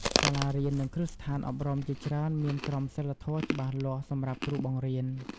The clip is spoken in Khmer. សាលារៀន និងគ្រឹះស្ថានអប់រំជាច្រើនមានក្រមសីលធម៌ច្បាស់លាស់សម្រាប់គ្រូបង្រៀន។